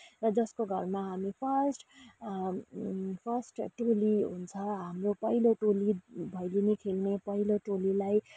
र जसको घरमा हामी फर्स्ट फर्स्ट टोली हुन्छ हाम्रो पहिलो टोली भैलेनी खेल्ने पहिलो टोलीलाई